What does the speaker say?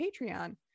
patreon